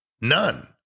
None